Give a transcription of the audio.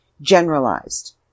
generalized